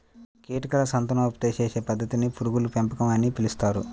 కీటకాల సంతానోత్పత్తి చేసే పద్ధతిని పురుగుల పెంపకం అని పిలుస్తారు